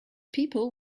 people